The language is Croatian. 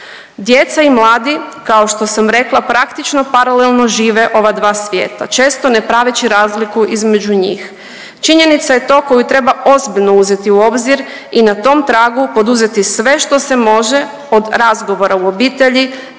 Djeca i mladi kao što sam rekla praktično paralelno žive ova dva svijeta često ne praveći razliku između njih. Činjenica je to koju treba ozbiljno uzeti u obzir i na tom tragu poduzeti sve što se može od razgovora u obitelji,